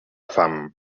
fam